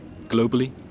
globally